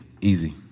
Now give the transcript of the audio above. Easy